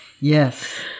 Yes